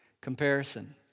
Comparison